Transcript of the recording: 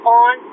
on